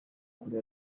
kuri